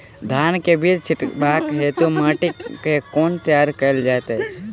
धान केँ बीज छिटबाक हेतु माटि केँ कोना तैयार कएल जाइत अछि?